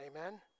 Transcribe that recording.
Amen